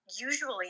usually